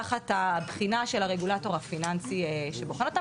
תחת הבחינה של הרגולטור הפיננסי שבוחן אותם,